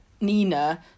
nina